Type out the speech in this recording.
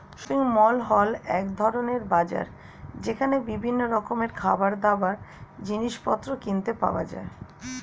shopping mall হল এক ধরণের বাজার যেখানে বিভিন্ন রকমের খাবারদাবার, জিনিসপত্র কিনতে পাওয়া যায়